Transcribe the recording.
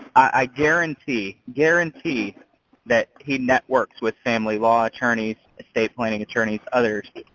i guarantee guarantee that he networks with family law attorneys, estate planning attorneys, others,